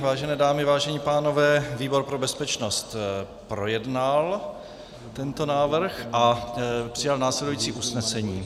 Vážené dámy, vážení pánové, výbor pro bezpečnost projednal tento návrh a přijal následující usnesení.